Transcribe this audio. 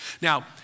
Now